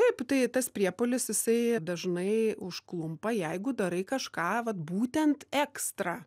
taip tai tas priepuolis jisai dažnai užklumpa jeigu darai kažką vat būtent ekstra